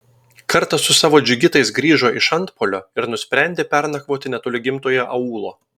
kartą su savo džigitais grįžo iš antpuolio ir nusprendė pernakvoti netoli gimtojo aūlo